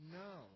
no